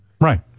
right